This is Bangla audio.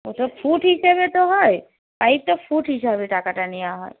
ওটা ফুট হিসেবে তো হয় পাইপটা ফুট হিসাবে টাকাটা নেওয়া হয়